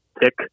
tick